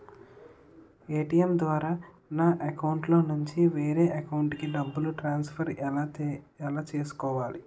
ATM ద్వారా నా అకౌంట్లోనుంచి వేరే అకౌంట్ కి డబ్బులు ట్రాన్సఫర్ ఎలా చేసుకోవాలి?